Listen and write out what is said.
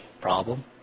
problem